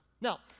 Now